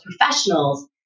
professionals